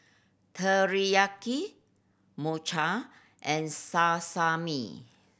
Teriyaki Mochi and Sasami